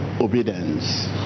obedience